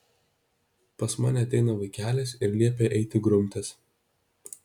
pas mane ateina vaikelis ir liepia eiti grumtis